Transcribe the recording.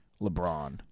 LeBron